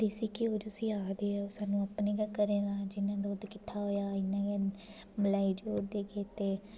देसी घ्यो जुस्सी आखदे ऐ ओह् सानूं अपने गै घरें दा जि'यां दुद्ध किट्ठा होया इ'यां गै मलाई जोड़दे गे ते